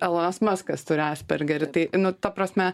elonas maskas turi aspergerį tai nu ta prasme